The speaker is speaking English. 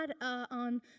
on